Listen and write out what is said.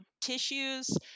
tissues